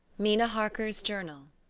mina harker's journal